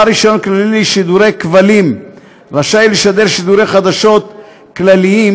בעל רישיון כללי לשידורי כבלים רשאי לשדר שידורי חדשות כלליים,